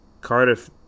Cardiff